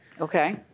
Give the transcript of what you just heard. Okay